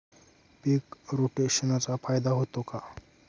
पीक रोटेशनचा फायदा होतो का?